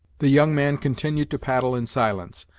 the young man continued to paddle in silence,